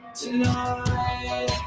Tonight